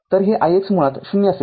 तर हे ix मुळात ० असेल